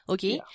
Okay